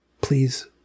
Please